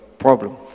problem